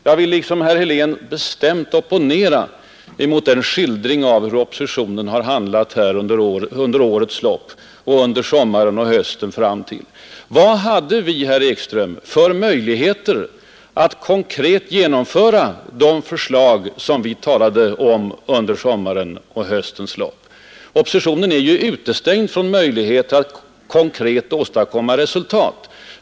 Jag vill liksom herr Helén bestämt opponera mig mot skildringen av hur oppositionen har handlat under årets lopp, under sommaren och hösten. Vad hade vi, herr Ekström, för möjlighet att konkret aktualisera de förslag, som vi talade om under sommarens och höstens lopp? Oppositionen är utestängd från möjlighet att åstadkomma konkreta resultat.